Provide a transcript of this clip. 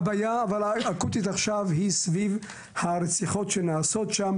אבל הבעיה האקוטית עכשיו היא סביב הרציחות שנעשות שם,